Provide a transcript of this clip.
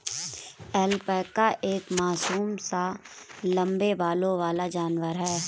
alpaca एक मासूम सा लम्बे बालों वाला जानवर है